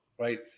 Right